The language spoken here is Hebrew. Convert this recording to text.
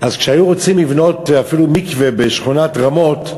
אז כשהיו רוצים לבנות אפילו מקווה בשכונת רמות,